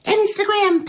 Instagram